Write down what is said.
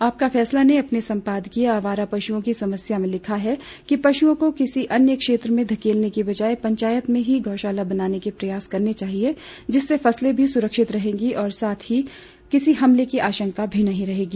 आपका फैसला ने अपने संपादकीय आवारा पशुओं की समस्या में लिखा है कि पशुओं को किसी अन्य क्षेत्र में धकेलने के बजाए पंचायत में ही गौशाला बनाने के प्रयास करने चाहिए जिससे फसलें भी सुरक्षित रहेंगी साथ ही किसी हमले की आशंका भी नहीं रहेगी